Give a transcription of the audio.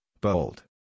bold